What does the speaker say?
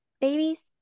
babies